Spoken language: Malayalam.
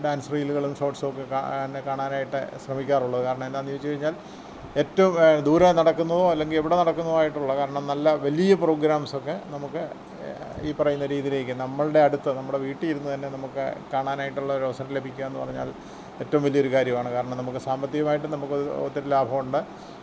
ഡാൻസ് റീലുകളും ഷോർട്സൊക്കെ പിന്നെ കാണാനായിട്ട് ശ്രമിക്കാറുള്ളത് കാരണം എന്താണെന്നുവച്ചുകഴിഞ്ഞാൽ ഏറ്റവും ദൂരെ നടക്കുന്നതോ അല്ലെങ്കിൽ ഇവിടെ നടക്കുന്നതോ ആയിട്ടുള്ള കാരണം നല്ല വലിയ പ്രോഗ്രാംസൊക്കെ നമുക്ക് ഈ പറയുന്ന രീതിയിലേക്ക് നമ്മളുടെ അടുത്ത് നമ്മുടെ വീട്ടിലിരുന്ന് തന്നെ നമുക്ക് കാണാനായിട്ടുള്ളൊരവസരം ലഭിക്കുകയെന്നു പറഞ്ഞാൽ ഏറ്റവും വലിയൊരു കാര്യമാണ് കാരണം നമുക്ക് സാമ്പത്തികമായിട്ട് നമുക്ക് ഒത്തിരി ലാഭമുണ്ട്